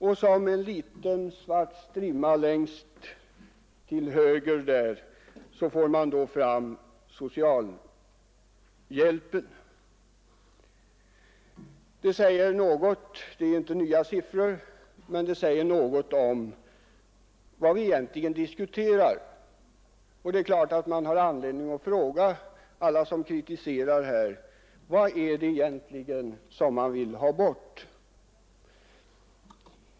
Där finns också en stapel för socialhjälpen, som alltså inte är särskilt stor i förhållande till de övriga utgiftsposterna. Detta är ju inte nya siffror, men de ger en faktabakgrund till vad vi egentligen diskuterar. Och det är klart att man har anledning att fråga alla som kritiserar här: Vad är det egentligen ni vill ha bort?